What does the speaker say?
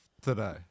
today